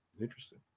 Interesting